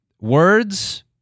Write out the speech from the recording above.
Words